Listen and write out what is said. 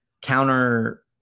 counter